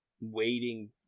waiting